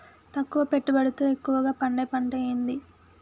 తక్కువ పెట్టుబడితో ఎక్కువగా పండే పంట ఏది?